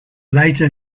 later